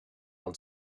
own